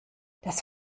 das